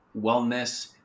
wellness